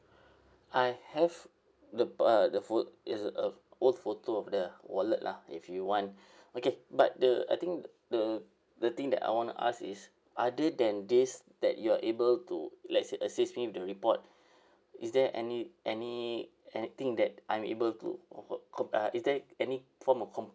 I have the p~ uh the pho~ it's a old photo of the wallet lah if you want okay but the I think the the thing that I wanna ask is other than this that you're able to let's say assist me with the report is there any any anything that I'm able to ho~ com~ uh is there any form of com~